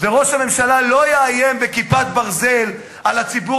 וראש הממשלה לא יאיים ב"כיפת ברזל" על הציבור